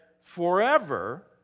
forever